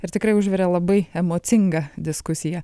ir tikrai užvirė labai emocingą diskusiją